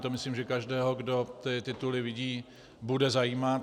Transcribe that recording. To myslím, že každého, kdo ty tituly vidí, bude zajímat.